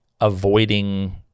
avoiding